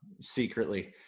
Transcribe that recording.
secretly